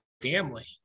family